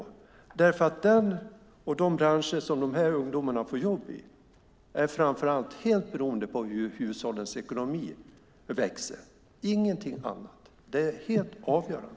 Jo, därför att de branscher som dessa ungdomar får jobb i framför allt är helt beroende av att hushållens ekonomi växer och ingenting annat. Det är helt avgörande.